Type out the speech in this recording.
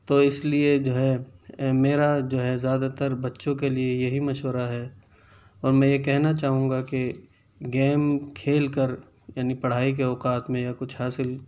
تو اس لیے جو ہے میرا جو ہے زیادہ تر بچوں کے لیے یہی مشورہ ہے اور میں یہ کہنا چاہوں گا کہ گیم کھیل کر یعنی پڑھائی کے اوقات میں یا کچھ حاصل